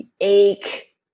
ache